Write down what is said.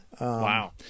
Wow